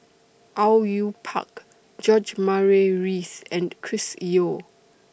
Au Yue Pak George Murray Reith and Chris Yeo